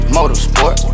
Motorsport